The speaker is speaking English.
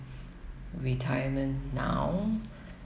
retirement now